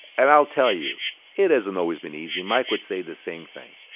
and i'll tell you it hasn't always been easy. mike would say the same thing.